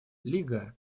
лига